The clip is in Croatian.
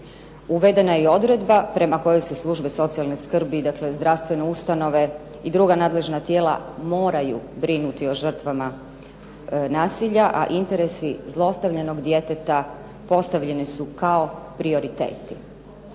Uvedena je i odredba prema kojoj se službe socijalne skrbi, dakle zdravstvene ustanove i druga nadležna tijela moraju brinuti o žrtvama nasilja, a interesi zlostavljanog djeteta postavljene su kao prioriteti.